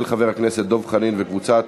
של חבר הכנסת דב חנין וקבוצת